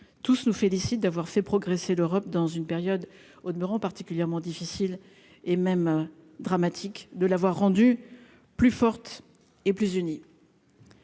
tous nous félicite d'avoir fait progresser l'Europe dans une période au demeurant particulièrement difficile et même dramatique de l'avoir rendue plus forte et plus unie.